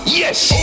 yes